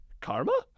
karma